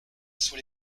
sous